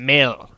Mill